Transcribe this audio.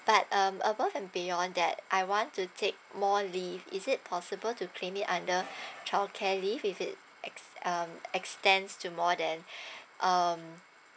but um above and beyond that I want to take more leave is it possible to claim it under childcare leave is it ex~ um extend to more than um